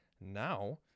now